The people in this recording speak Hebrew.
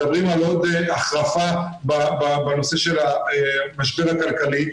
מדברים על עוד החרפה בנושא של המשבר הכלכלי,